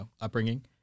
upbringing